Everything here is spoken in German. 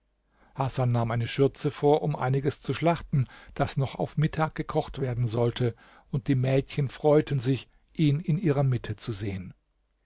hasan nahm eine schürze vor um einiges zu schlachten das noch auf mittag gekocht werden sollte und die mädchen freuten sich ihn in ihrer mitte zu sehen